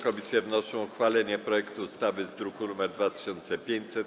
Komisje wnoszą o uchwalenie projektu ustawy z druku nr 2500.